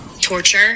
torture